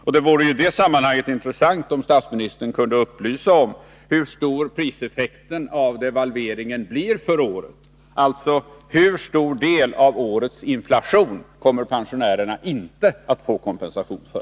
ä Det vore i detta sammanhang intressant om statsministern kunde upplysa om hur stor priseffekten av devalveringen blir för året, dvs.: Hur stor del av årets inflation kommer pensionärerna inte att få kompensation för?